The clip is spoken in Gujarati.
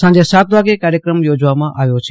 સાંજે સાત વાગે કાર્યક્રમ યોજવામાં આવ્યો છે